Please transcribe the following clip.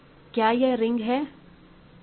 क्या यह रिंग है